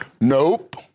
Nope